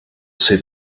see